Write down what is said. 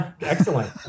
Excellent